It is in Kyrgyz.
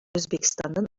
өзбекстандын